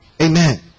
Amen